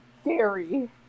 Scary